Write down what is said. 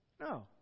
No